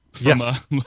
Yes